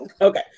Okay